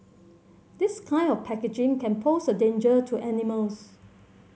this kind of packaging can pose a danger to animals